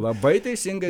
labai teisingai